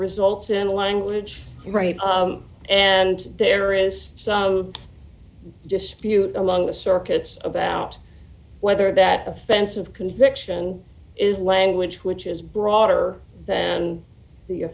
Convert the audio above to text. results in a language right and there is some dispute among the circuits about whether that offense of conviction is language which is broader than